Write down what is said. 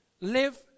Live